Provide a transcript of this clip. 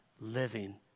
living